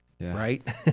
right